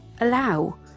allow